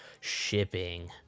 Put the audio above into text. shipping